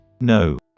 No